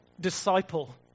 disciple